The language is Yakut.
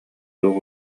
туох